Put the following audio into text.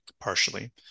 partially